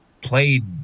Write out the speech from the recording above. played